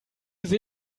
nicht